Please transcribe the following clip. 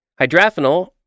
Hydraphenol